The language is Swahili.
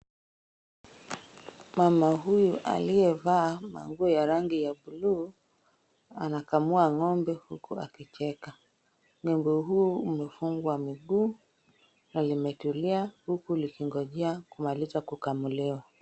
Mama huyu aliyevaa manguo ya rangi ya blue ,anakamua ng’ombe huku akicheka.Ng’ombe huu umefungwa miguu na limetulia huku likingojea kumaliza kukamuliwa.